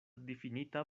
difinita